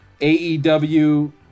AEW